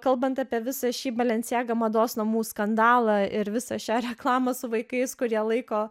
kalbant apie visą šį balencijaga mados namų skandalą ir visą šią reklamą su vaikais kurie laiko